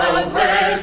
away